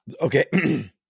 okay